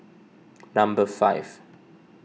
number five